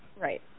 Right